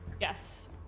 Yes